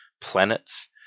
planets